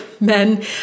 men